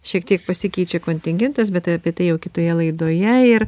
šiek tiek pasikeičia kontingentas bet apie tai jau kitoje laidoje ir